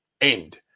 end